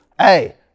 Hey